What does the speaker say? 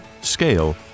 scale